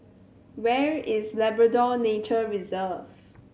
where is Labrador Nature Reserve